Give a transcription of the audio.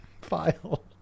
file